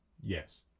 Yes